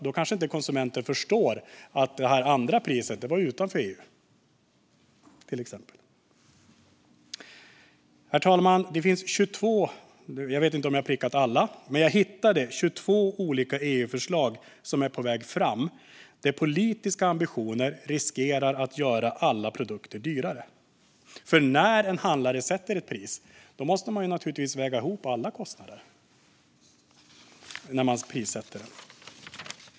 Då kanske inte konsumenten förstår att det andra priset var utanför EU. Herr talman! Jag vet inte om jag prickat alla, men jag har hittat 22 olika EU-förslag som är på väg fram där politiska ambitioner riskerar att göra alla produkter dyrare. När man som handlare sätter ett pris måste man naturligtvis väga in alla kostnader.